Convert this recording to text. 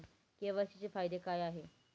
KYC चे फायदे काय आहेत?